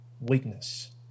Weakness